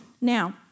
Now